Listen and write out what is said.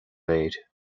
léir